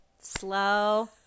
Slow